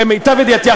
למיטב ידיעתי,